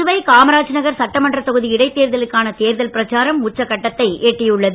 புதுவை காமராஜர் நகர் சட்டமன்றத் தொகுதி இடைத் தேர்தலுக்கான தேர்தல் பிரச்சாரம் உச்சக்கட்டத்தை எட்டியுள்ளது